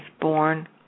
born